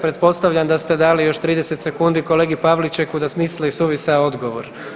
Pretpostavljam da ste dali još 30 sekundi kolegi Pavličeku da smisli suvisao odgovor, evo.